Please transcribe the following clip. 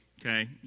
Okay